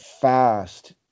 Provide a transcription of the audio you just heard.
fast